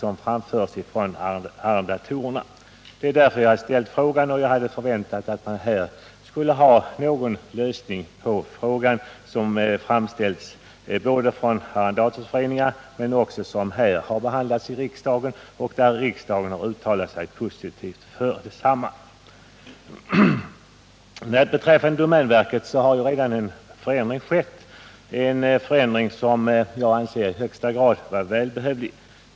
Detta var anledningen till att jag ställde min fråga. Jag hade förväntat mig att man nu skulle ha anvisat en lösning på denna fråga, som inte bara framförts av Föreningen Sveriges jordbruksarrendatorer utan också behandlats här i riksdagen, som i samband härmed uttalat sig positivt. Vad gäller domänverket har det redan skett en förändring, som jag anser i högsta grad välbehövlig.